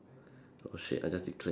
oh shit I just declare